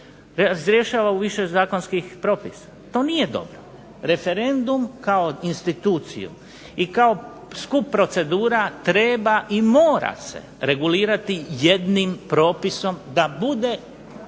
razrješava u više zakonskih propisa. To nije dobro. Referendum kao instituciju i kao skup procedura treba i mora se regulirati jednim propisom da bude